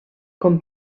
com